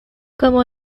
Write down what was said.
como